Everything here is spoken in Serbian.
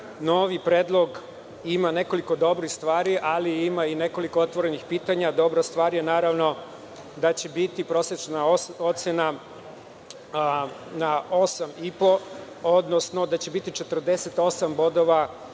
Novi predlog ima nekoliko dobrih stvari, ali ima i nekoliko otvorenih pitanja. Dobra stvar je, naravno, da će biti prosečna ocena 8,5, odnosno da će 48 biti bodova